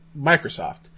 Microsoft